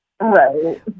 right